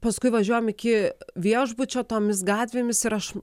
paskui važiuojam iki viešbučio tomis gatvėmis ir aš